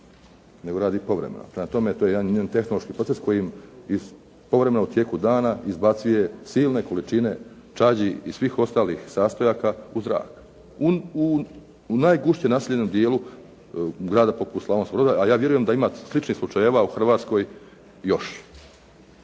nego radi povremeno. Prema tome to je jedan tehnološki proces koji povremeno u tijeku dana izbacuje silne količine čađe i svih ostalih sastojaka u zrak, u najgušće naseljenom dijelu grada poput Slavonskog Broda, a ja vjerujem da ima sličnih slučajeva u Hrvatskoj još.